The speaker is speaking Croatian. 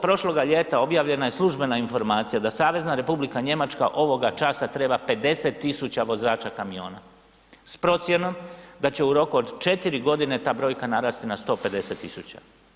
Prošloga ljeta objavljena je služena informacija da Savezna Republika Njemačka ovoga časa treba 50.000 vozača kamiona s procjenom da će u roku od četiri godine ta brojka narasti na 150.000.